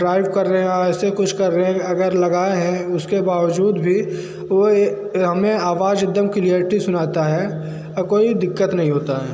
drive कर रहे हें या ऐसे कुछ कर रहें हैं अगर लगाए हैं उसके बावजूद भी वो हमें आवाज़ एक दम क्लियरटी सुनाता है कोई दिक्कत नहीं होती है